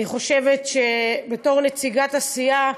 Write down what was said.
בתור נציגת הסיעה,